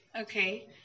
Okay